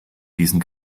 diesen